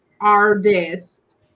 artist